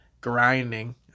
grinding